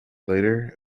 later